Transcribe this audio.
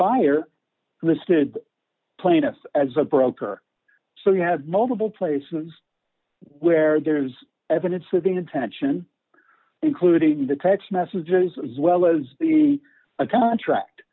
buyer listed plaintiff as a broker so you have multiple places where there's evidence sitting attention including the text messages as well as the a contract